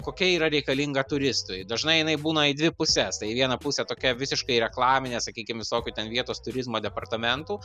kokia yra reikalinga turistui dažnai jinai būna dvi puses tai į vieną pusę tokia visiškai reklaminė sakykim visokių ten vietos turizmo departamentų